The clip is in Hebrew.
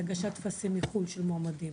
הגשת טפסים מחו"ל של מועמדים.